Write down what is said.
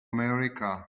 america